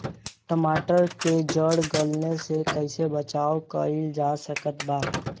टमाटर के जड़ गलन से कैसे बचाव कइल जा सकत बा?